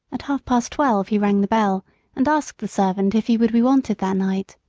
at half-past twelve he rang the bell and asked the servant if he would be wanted that night.